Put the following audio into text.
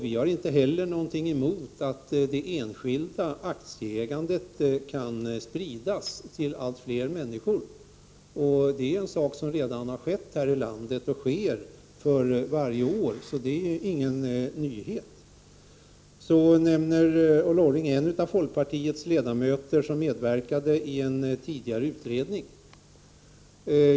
Vi har inte heller något emot att det enskilda aktieägandet sprids till allt fler människor. Det är en sak som redan har skett i landet och som sker för varje år. Det är ingen nyhet. Ulla Orring nämner en av folkpartiets ledamöter som medverkade i en tidigare utredning.